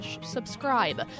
subscribe